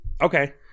Okay